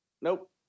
Nope